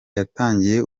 yatangiye